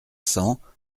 cents